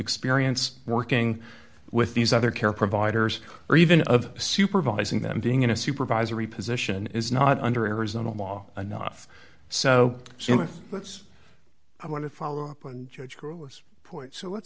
experience working with these other care providers or even of supervising them being in a supervisory position is not under arizona law enough so sue me let's i want to follow up on judge gross point so let's